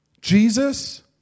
Jesus